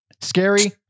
Scary